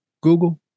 Google